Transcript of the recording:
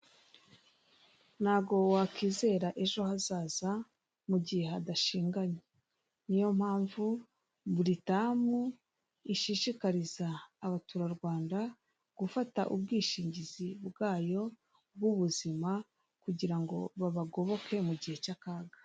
Ntago wakizera ejo hazaza mu gihe hadashinganye niyompamvu buritamu ishishikariza abaturarwanda gufata ubwishingizi bwayo bw'ubuzima kugira ngo babagoboke mu gihe cy'akaga.